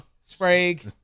Sprague